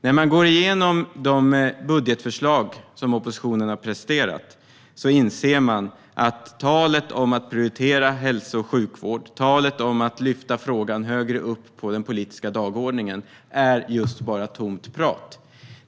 När man går igenom de budgetförslag som oppositionen har presenterat inser man att talet om att prioritera hälso och sjukvård och talet om att lyfta frågan högre upp på den politiska dagordningen bara är tomt prat.